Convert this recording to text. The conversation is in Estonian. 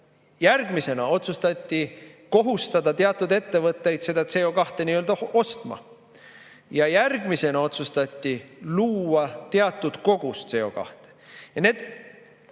järgmisena otsustati kohustada teatud ettevõtteid seda CO2ostma. Ja järgmisena otsustati luua teatud kogus CO2. Need